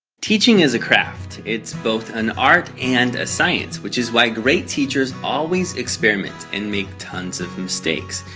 teaching is a craft. it's both an art and a science, which is why great teachers always experiment and make tons of mistakes.